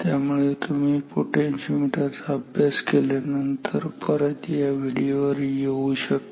त्यामुळे तुम्ही पोटेन्शिओमीटर चा अभ्यास केल्यानंतर परत या व्हिडिओवर येऊ शकता